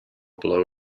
blow